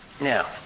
Now